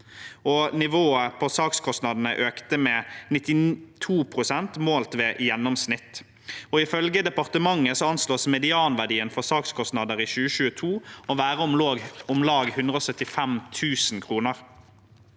nivået på sakskostnadene økte med 92 pst. målt ved gjennomsnitt. Ifølge departementet anslås medianverdien for sakskostnader i 2022 å være om lag 175 000 kr.